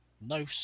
no